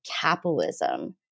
capitalism